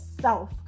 self